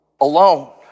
alone